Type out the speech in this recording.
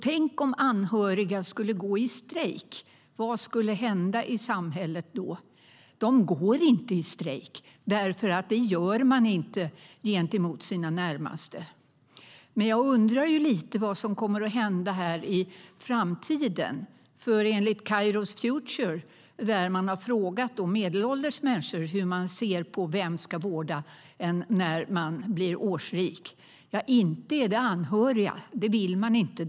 Tänk om anhöriga skulle gå i strejk? Vad skulle då hända i samhället? De går inte i strejk, för så gör man inte mot sina närmaste. Men jag undrar lite grann vad som kommer att hända i framtiden. Kairos Future har frågat medelålders människor hur de ser på detta, vem som ska vårda dem när de blir årsrika. Det är inte de anhöriga. Det vill man inte.